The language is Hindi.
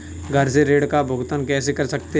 घर से ऋण का भुगतान कैसे कर सकते हैं?